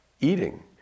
eating